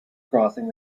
crossing